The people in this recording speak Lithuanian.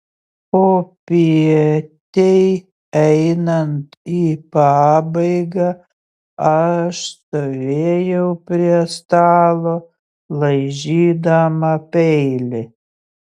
popietei einant į pabaigą aš stovėjau prie stalo laižydama peilį